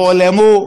הועלמו,